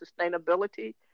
sustainability